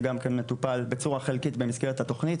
זה גם כן מטופל בצורה חלקית במסגרת התוכנית.